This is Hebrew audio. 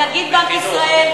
נגיד בנק ישראל,